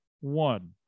one